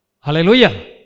Hallelujah